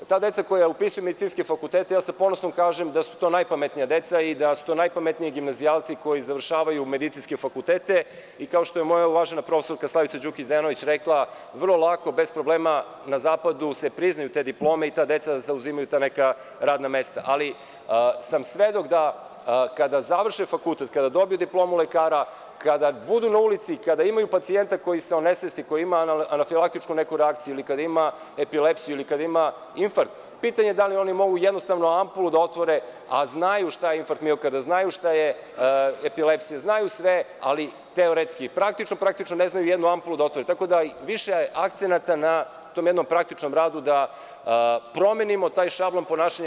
Ta deca koja upisuju medicinske fakultete sa ponosom kažem da su to najpametnija deca i da su to najpametniji gimnazijalci koji završavaju medicinske fakultete, kao što je moja uvažena profesorka Slavica Đukić Dejanović rekla, vrlo lako bez problema na zapadu se priznaju te diplome i ta deca zauzimaju ta neka radna mesta, ali sam svedok da kada završe fakultet, kada dobiju diplomu lekara, kada budu na ulici, kada imaju pacijenta koji se onesvesti, koji ima anafilatičku neku reakciju ili kada ima epilepsiju ili kada ima infarkt, pitanje je da li oni mogu jednostavnu ampulu da otvore, a znaju šta je infarkt miokarda, znaju šta je epilepsija, znaju sve, ali teoretski, praktično ne znaju jednu ampulu da otvore, tako da više akcenata na tom jednom praktičnom radu, da promenimo taj šablon ponašanja.